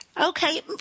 Okay